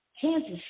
Kansas